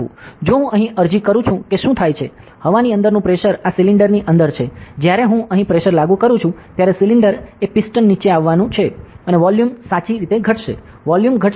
જો હું અહીં અરજી કરું છું કે શું થાય છે હવાની અંદરનું પ્રેશર આ સિલિન્ડર ની અંદર છે જ્યારે હું અહીં પ્રેશર લાગુ કરું છું ત્યારે સિલિન્ડર એ પિસ્ટન નીચે આવવાનું છે અને વોલ્યુમ સાચી ઘટશે વોલ્યુમ ઘટશે